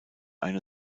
eine